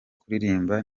kuririmba